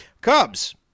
cubs